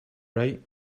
right